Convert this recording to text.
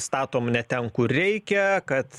statom ne ten kur reikia kad